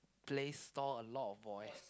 place store a lot of voice